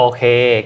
Okay